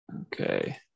Okay